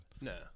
No